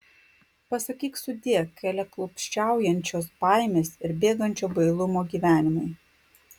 pasakyk sudie keliaklupsčiaujančios baimės ir bėgančio bailumo gyvenimui